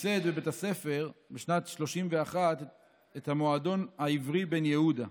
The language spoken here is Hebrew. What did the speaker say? בבית הספר ייסד בשנת 1931 את המועדון העברי בן יהודה.